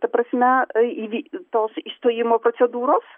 ta prasme į į tos išstojimo procedūros